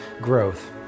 growth